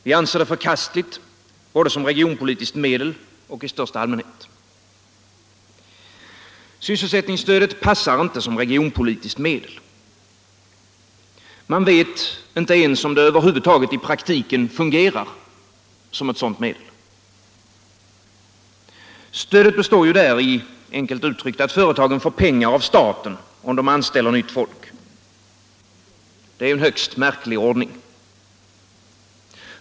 Vi anser det förkastligt både som regionpolitiskt medel och i största allmänhet. Sysselsättningsstödet passar inte som regionpolitiskt medel. Man vet inte ens om det över huvud i praktiken fungerar som sådant medel. Stödet består ju, enkelt uttryckt, däri att företagen får pengar av staten om de anställer nytt folk. Detta är en högst märklig ordning.